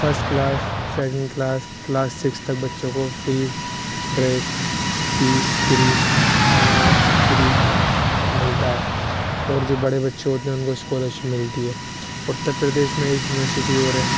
first class second class class six تک بچوں کو فری ڈریس فیس فری کھانا فری ملتا ہے اور جو بڑے بچے ہوتے ہیں ان کو اسکالر شپ ملتی ہے اتر پردیش میں ایک یونیورسٹی اور ہے